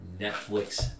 Netflix